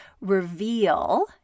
reveal